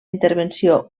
intervenció